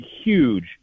huge –